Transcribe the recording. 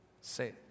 Say